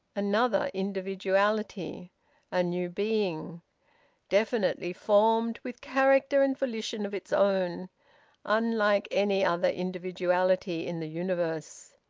another individuality a new being definitely formed, with character and volition of its own unlike any other individuality in the universe!